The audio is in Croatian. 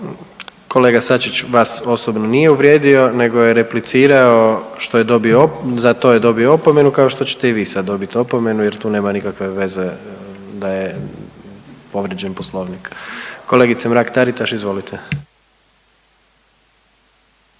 Kolega SAčić vas osobno nije uvrijedio nego je replicirao što je za to je dobio opomenu kao što ćete i vi sad dobiti opomenu jer tu nema nikakve veze da je povrijeđen poslovnik. Kolegice Mrak Taritaš izvolite.